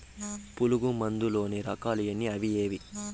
పులుగు మందు లోని రకాల ఎన్ని అవి ఏవి?